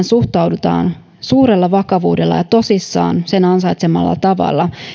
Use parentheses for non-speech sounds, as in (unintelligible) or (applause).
(unintelligible) suhtaudutaan suurella vakavuudella ja tosissaan sen ansaitsemalla tavalla